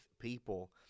people